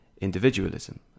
individualism